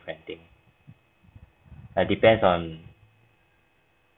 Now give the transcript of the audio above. friend thing err depends on